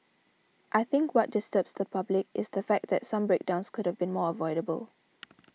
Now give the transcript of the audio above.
I think what disturbs the public is the fact that some breakdowns could have been avoidable